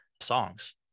songs